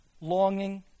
longing